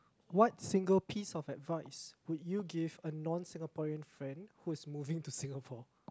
what single piece of advice would you give a non Singaporean friend who is moving to Singapore